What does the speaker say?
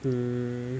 um